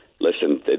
Listen